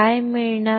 काय मिळणार